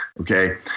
okay